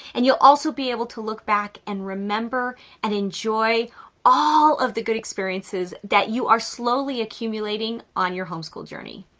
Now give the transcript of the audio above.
and you'll also be able to look back and remember and enjoy all of the good experiences that you are slowly accumulating on your homeschool journey.